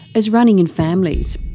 as running in families,